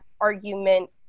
argument